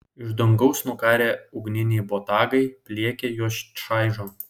iš dangaus nukarę ugniniai botagai pliekia juos čaižo